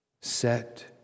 Set